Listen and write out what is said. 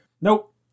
Nope